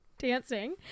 dancing